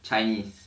chinese